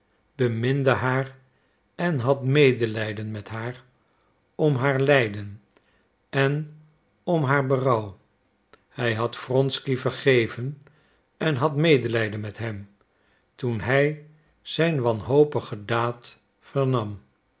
beminde haar en had medelijden met haar om haar lijden en om haar berouw hij had wronsky vergeven en had medelijden met hem toen hij zijn wanhopige daad vernam